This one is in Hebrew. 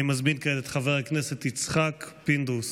אני מזמין כעת את חבר הכנסת יצחק פינדרוס.